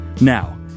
Now